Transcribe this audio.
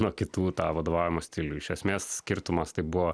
nuo kitų tą vadovavimo stilių iš esmės skirtumas tai buvo